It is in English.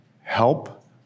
help